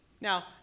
Now